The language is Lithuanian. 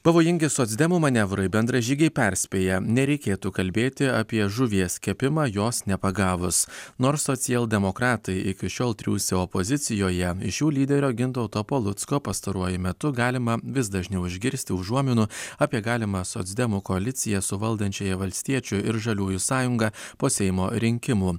pavojingi socdemų manevrai bendražygiai perspėja nereikėtų kalbėti apie žuvies kepimą jos nepagavus nors socialdemokratai iki šiol triūsė opozicijoje iš jų lyderio gintauto palucko pastaruoju metu galima vis dažniau išgirsti užuominų apie galimą socdemų koalicija su valdančiąja valstiečių ir žaliųjų sąjunga po seimo rinkimų